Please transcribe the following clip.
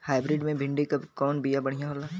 Hybrid मे भिंडी क कवन बिया बढ़ियां होला?